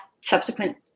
subsequent